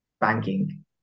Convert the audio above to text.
banking